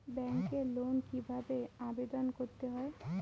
ব্যাংকে লোন কিভাবে আবেদন করতে হয়?